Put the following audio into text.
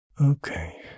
Okay